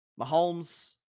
Mahomes